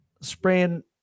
spraying